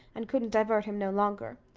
and couldn't divert him no longer,